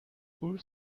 ulf